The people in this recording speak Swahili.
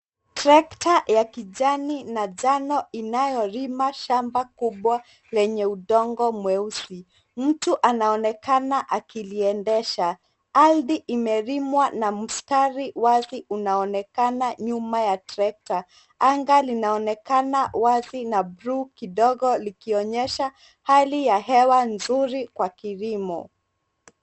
Trekta ya kijani na njano inayo lima shamba kubwa lenye udongo mweusi mtu anaonekana akiliendesha. Ardhi imelimwa na mstari wazi unaonekana nyuma ya trekta anga linaonekana wazi na bluu kidogo likionyesha hali ya hewa nzuri kwa kilimo.